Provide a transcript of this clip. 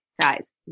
guys